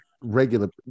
regular